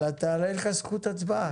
אבל אין לך זכות הצבעה.